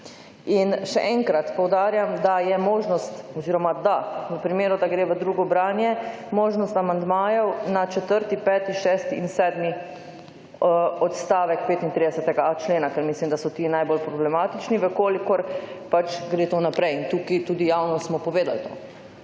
In še enkrat poudarjam, da je možnost oziroma da v primeru, da gre v drugo branje, možnost amandmajev na četrti, peti, šesti in sedmi odstavek 35.a člena, ker mislim, da so ti najbolj problematični, v kolikor gre pač to naprej. In tukaj tudi javno smo povedali to.